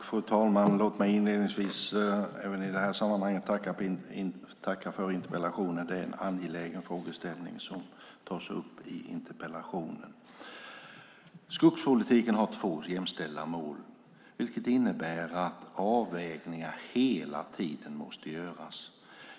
Fru talman! Låt mig inledningsvis även i detta fall tacka för interpellationen. Det är en angelägen frågeställning som tas upp där. Skogspolitiken har två jämställda mål, vilket innebär att avvägningar hela tiden måste göras.